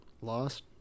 Lost